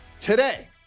Today